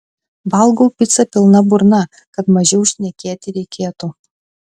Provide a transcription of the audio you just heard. valgau picą pilna burna kad mažiau šnekėti reikėtų